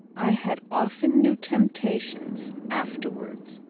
i had often new temptations, afterwards,